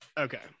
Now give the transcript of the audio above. Okay